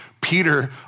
Peter